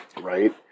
Right